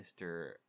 Mr